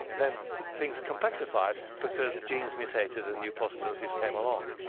then things complexified, because genes mutated and new possibilities came along.